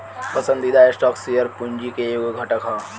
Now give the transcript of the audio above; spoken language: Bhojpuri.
पसंदीदा स्टॉक शेयर पूंजी के एगो घटक ह